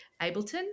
Ableton